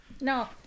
No